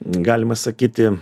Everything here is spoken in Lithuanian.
galima sakyti